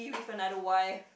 give another wife